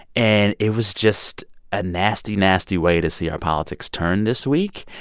and it was just a nasty, nasty way to see our politics turn this week.